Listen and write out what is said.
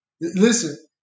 Listen